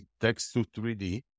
text-to-3D